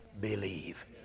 believe